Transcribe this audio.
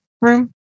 room